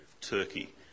Turkey